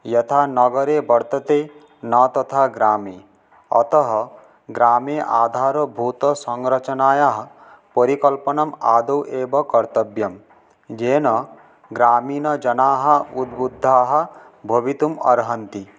यथा नगरे वर्तते न तथा ग्रामे अतः ग्रामे आधारभूतसंरचनायाः परिकल्पनं आदौ एव कर्तव्यं येन ग्रामीणजनाः उद्बुद्धाः भवितुम् अर्हन्ति